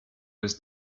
was